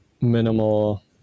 minimal